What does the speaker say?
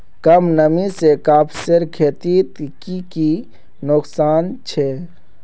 कम नमी से कपासेर खेतीत की की नुकसान छे?